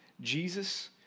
Jesus